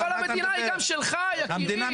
אבל המדינה היא גם שלך, יקירי.